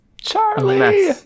Charlie